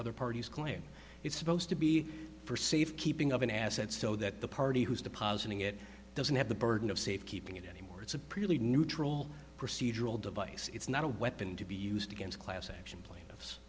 other parties claim it's supposed to be for safe keeping of an asset so that the party who's depositing it doesn't have the burden of safe keeping it anymore it's a pretty neutral procedural device it's not a weapon to be used against class action plaintiffs